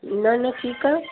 न न ठीकु आहे